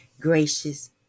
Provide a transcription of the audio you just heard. gracious